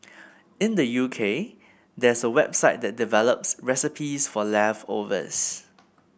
in the U K there's a website that develops recipes for leftovers